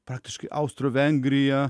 praktiškai austro vengriją